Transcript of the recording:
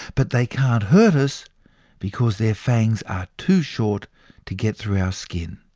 but they can't hurt us because their fangs are too short to get through our skin.